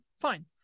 fine